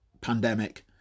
pandemic